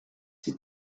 c’est